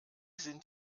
sind